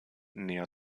näher